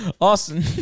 Awesome